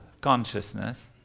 consciousness